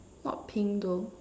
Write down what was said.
not pink though